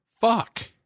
Fuck